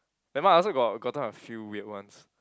nevermind I also got gotten a few weird ones